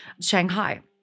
Shanghai